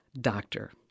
doctor